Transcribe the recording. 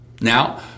Now